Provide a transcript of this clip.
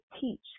teach